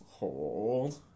Hold